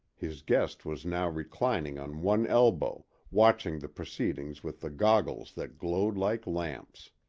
his guest was now reclining on one elbow, watching the proceedings with the goggles that glowed like lamps.